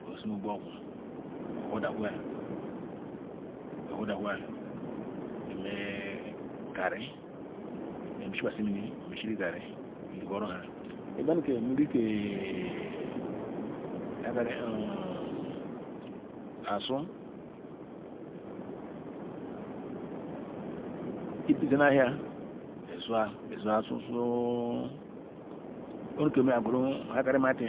Ohuoda hua imeh garri ishi kwashi mini imeshiri garri irihuoro nha ibia nu ke mini wuri keh-eh-eh asu izene ahia izu-ah izu-ah suzu owere keh mah yeh gweru mato